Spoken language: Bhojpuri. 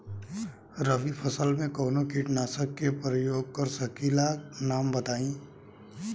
रबी फसल में कवनो कीटनाशक के परयोग कर सकी ला नाम बताईं?